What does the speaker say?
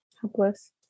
helpless